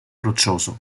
roccioso